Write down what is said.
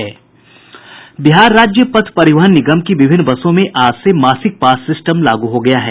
बिहार राज्य पथ परिवहन निगम की विभिन्न बसों में आज से मासिक पास सिस्टम लागू हो गया है